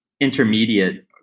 intermediate